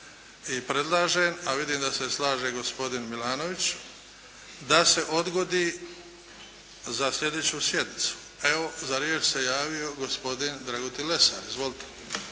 i predlažem, a vidim da se slaže gospodin Milanović da se odgodi za slijedeću sjednicu. Evo, za riječ se javio gospodin Dragutin Lesar. Izvolite.